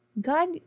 god